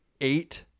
eight